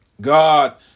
God